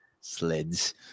Sleds